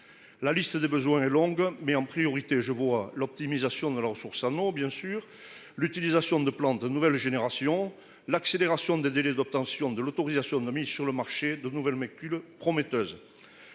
La liste des besoins longue mais en priorité. Je vois l'optimisation de leurs sources. Ah non bien sûr, l'utilisation de plan de nouvelle génération, l'accélération des délais d'obtention de l'autorisation de mise sur le marché de nouvelles maculent prometteuse.